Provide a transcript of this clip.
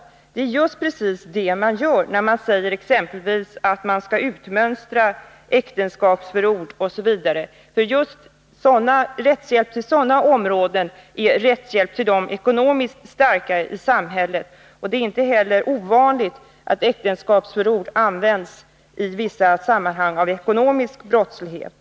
Det är just precis det man gör när man säger exempelvis att äktenskapsförord m.m. skall utmönstras. Rättshjälp till just sådana områden är rättshjälp till de ekonomiskt starka i samhället, och det är inte heller ovanligt att äktenskapsförord används i vissa sammanhang av ekonomisk brottslighet.